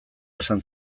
esan